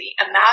imagine